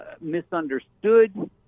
misunderstood